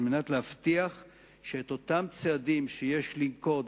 על מנת להבטיח שאת אותם צעדים שיש לנקוט,